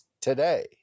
today